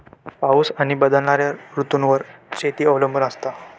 पाऊस आणि बदलणारो ऋतूंवर शेती अवलंबून असता